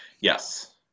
Yes